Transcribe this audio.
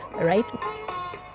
right